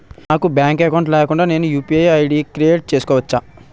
నాకు bank account లేకుండా నేను యు.పి.ఐ ఐ.డి క్రియేట్ చేసుకోవచ్చా?